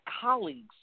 colleagues